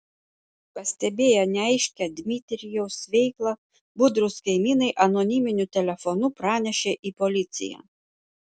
pastebėję neaiškią dmitrijaus veiklą budrūs kaimynai anoniminiu telefonu pranešė į policiją